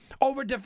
over